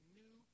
new